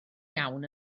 iawn